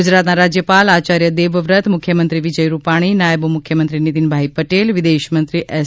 ગુજરાતના રાજ્યપાલ આચાર્ય દેવવ્રત મુખ્યમંત્રી વિજયભાઈ રૂપાણી નાયબ મુખ્યમંત્રી નીતિનભાઈ પટેલ વિદેશમંત્રી એસ